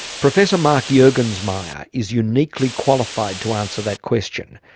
professor mark juergensmeyer is uniquely qualified to answer that question.